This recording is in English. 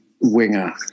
winger